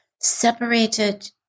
separated